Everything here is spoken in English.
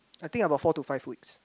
I think about four to five weeks